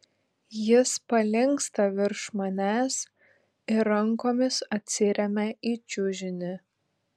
jis palinksta virš manęs ir rankomis atsiremia į čiužinį